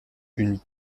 une